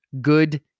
Good